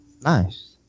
Nice